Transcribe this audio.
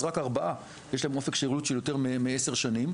אז רק ארבעה שיש להם אופק שירות של יותר מעשר שנים.